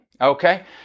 Okay